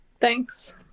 thanks